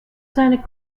zijn